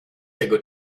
tego